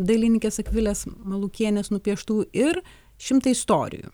dailininkės akvilės malukienės nupieštų ir šimtą istorijų